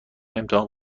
امتحان